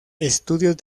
estudios